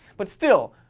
but still,